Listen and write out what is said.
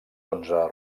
onze